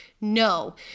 No